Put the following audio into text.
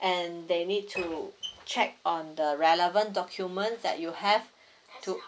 and they need to check on the relevant document that you have to